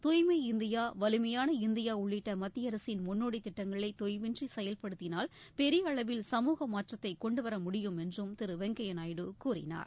துாய்மை இந்தியா வலிமையான இந்தியா உள்ளிட்ட மத்திய அரசின் முன்னோடித் திட்டங்களை தொய்வின்றி செயல்படுத்தினால் பெரிய அளவில் சமூக மாற்றத்தை கொண்டு வர முடியும் என்றும் திரு வெங்கய்யா நாயுடு கூறினார்